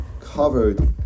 covered